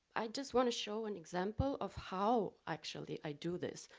i just want to show an example of how actually i do this.